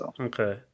Okay